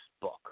book